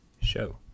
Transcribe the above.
show